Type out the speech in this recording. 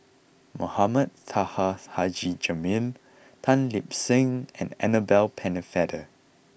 Mohamed Taha Haji Jamil Tan Lip Seng and Annabel Pennefather